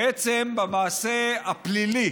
בעצם, במעשה הפלילי